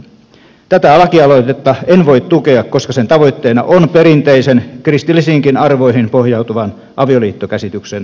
tätä lakialoitetta en voi tukea koska sen tavoitteena on perinteisen kristillisiinkin arvoihin pohjautuvan avioliittokäsityksen muuttaminen